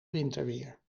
winterweer